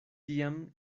tiam